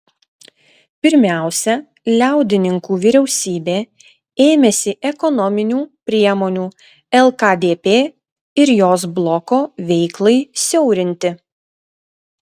pirmiausia liaudininkų vyriausybė ėmėsi ekonominių priemonių lkdp ir jos bloko veiklai siaurinti